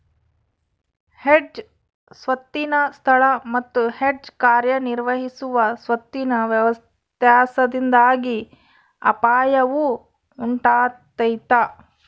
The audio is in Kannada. ಹೆಡ್ಜ್ ಸ್ವತ್ತಿನ ಸ್ಥಳ ಮತ್ತು ಹೆಡ್ಜ್ ಕಾರ್ಯನಿರ್ವಹಿಸುವ ಸ್ವತ್ತಿನ ವ್ಯತ್ಯಾಸದಿಂದಾಗಿ ಅಪಾಯವು ಉಂಟಾತೈತ